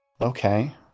okay